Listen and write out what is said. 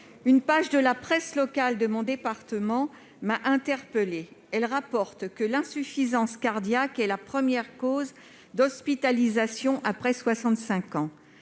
Une page de la presse locale de mon département m'a interpellée. Elle rapporte que l'insuffisance cardiaque est la première cause d'hospitalisation après 65 ans.